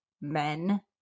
men